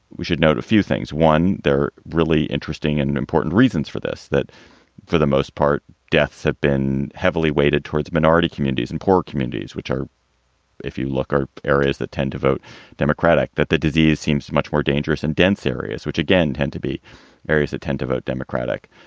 we should note a few things. one, they're really interesting and important reasons for this, that for the most part, deaths have been heavily weighted towards minority communities and poor communities, which are if you look at areas that tend to vote democratic. that the disease seems much more dangerous in dense areas, which again, tend to be areas that tend to vote democratic.